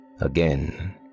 again